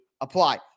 Apply